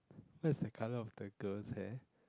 what's the colour of the girl's hair